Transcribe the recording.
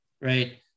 right